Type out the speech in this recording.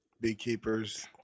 beekeepers